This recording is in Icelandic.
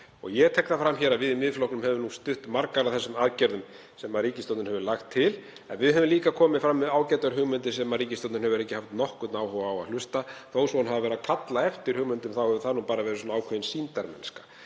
Ég tek það fram að við í Miðflokknum höfum stutt margar af þeim aðgerðum sem ríkisstjórnin hefur lagt til. En við höfum líka komið fram með ágætar hugmyndir sem ríkisstjórnin hefur ekki haft nokkurn áhuga á að hlusta á. Þó svo að hún hafi verið að kalla eftir hugmyndum þá hefur það bara verið svona ákveðin sýndarmennska.